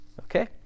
okay